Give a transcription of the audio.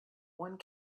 one